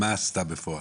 מה עשתה בפועל?